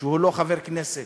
שהוא לא חבר כנסת.